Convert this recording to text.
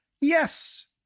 yes